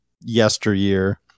yesteryear